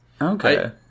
Okay